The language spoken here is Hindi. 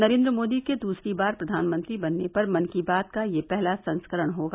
नरेन्द्र मोदी के दूसरी बार प्रधानमंत्री बनने पर मन की बात का यह पहला संस्करण होगा